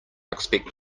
expect